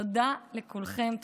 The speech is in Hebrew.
תודה לכולכם.